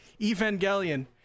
Evangelion